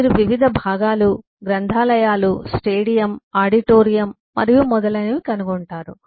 మీరు వివిధ విభాగాలు గ్రంథాలయాలు స్టేడియం ఆడిటోరియం మరియు మొదలైనవి కనుగొంటారు